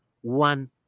one